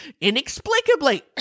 inexplicably